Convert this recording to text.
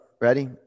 ready